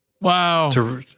Wow